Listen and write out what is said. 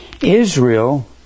Israel